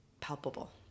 palpable